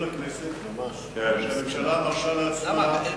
סדרי הדיון" בחלק ג'; ולהחלפת סעיף